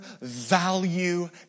value